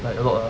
like a lot ah